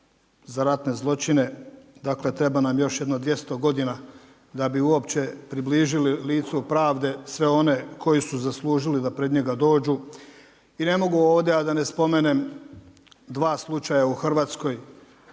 za ratne zločine, dakle treba nam još jedno 200 godina da bi uopće približili licu pravde sve one koju su zaslužili da pred njega dođu. I ne mogu ovdje a da ne spomenem dva slučaja u Hrvatskoj,